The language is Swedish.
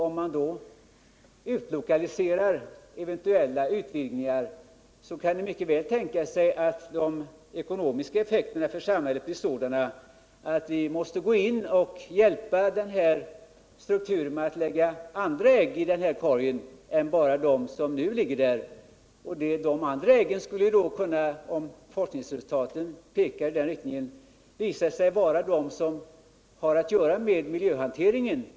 Om man då utlokaliserar eventuella utvidgningar kan det mycket väl tänkas att de ekonomiska effekterna för det samhället blir sådana att vi måste gå in och hjälpa till genom att lägga andra ägg i den här korgen än bara av det slag som nu ligger där. De andra äggen skulle då , om forskningsresultaten pekar i den riktningen, kunna vara de som har att göra med miljöhanteringen.